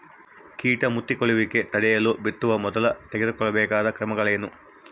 ಕೇಟ ಮುತ್ತಿಕೊಳ್ಳುವಿಕೆ ತಡೆಯಲು ಬಿತ್ತುವ ಮೊದಲು ತೆಗೆದುಕೊಳ್ಳಬೇಕಾದ ಕ್ರಮಗಳೇನು?